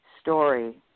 story